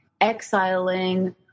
exiling